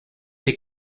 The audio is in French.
des